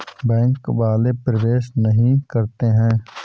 Bank वाले प्रवेश नहीं करते हैं?